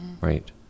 Right